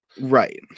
Right